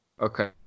okay